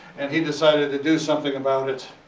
and he decided to do something about it!